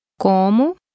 Como